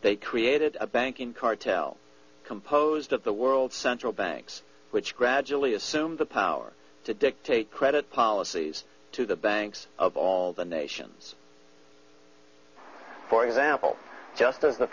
they created a banking cartel composed of the world's central banks which gradually assume the power to dictate credit policies to the banks of all the nations for example